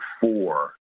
four